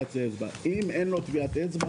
- -אם אין לו טביעת אצבע,